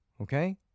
Okay